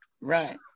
Right